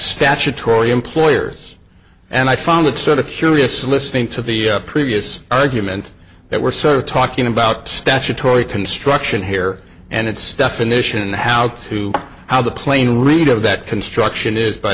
statutory employers and i found it sort of curious listening to the previous argument that we're sort of talking about statutory construction here and its definition and how to how the plane read of that construction is by